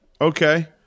Okay